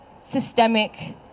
systemic